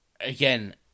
Again